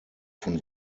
von